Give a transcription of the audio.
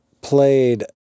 played